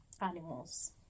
Animals